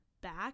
back